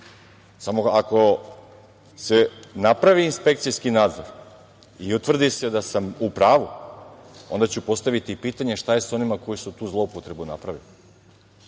se napravi inspekcijski nadzor i utvrdi se da sam u pravu, onda ću postaviti i pitanje šta je sa onima koji su tu zloupotrebu napravili,